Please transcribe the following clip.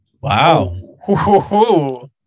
Wow